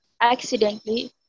accidentally